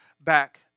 back